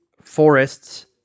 forests